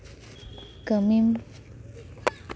ᱠᱟᱹᱢᱤᱢ